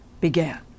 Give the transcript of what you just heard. began